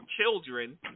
children